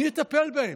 מי יטפל בהן?